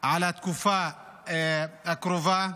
על התקופה הקרובה.